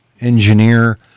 engineer